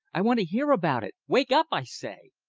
i want to hear about it. wake up, i say!